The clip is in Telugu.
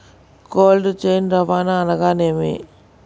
కోల్డ్ చైన్ రవాణా అనగా నేమి?